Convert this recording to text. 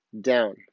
down